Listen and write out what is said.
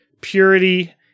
purity